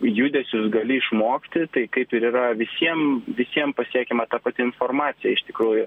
judesius gali išmokti tai kaip ir yra visiem visiem pasiekiama ta pati informacija iš tikrųjų